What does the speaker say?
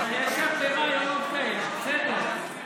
יש הרבה רעיונות כאלה, בסדר.